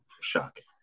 shocking